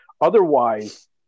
Otherwise